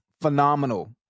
phenomenal